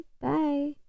Bye